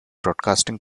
broadcasting